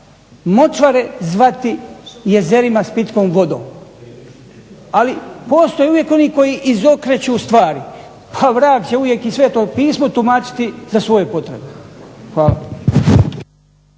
močvare zvati jezerima s pitkom vodom, ali postoje uvijek oni koji izokreću stvari, a vrag će uvijek i Sveto pismo tumačiti za svoje potrebe. Hvala.